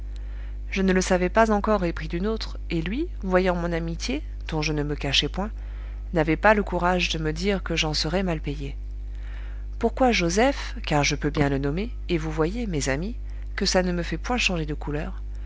je ne le savais pas encore épris d'une autre et lui voyant mon amitié dont je ne me cachais point n'avait pas le courage de me dire que j'en serais mal payée pourquoi joseph car je peux bien le nommer et vous voyez mes amis que ça ne me fait point changer de couleur